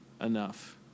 enough